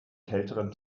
kälteren